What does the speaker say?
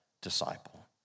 disciple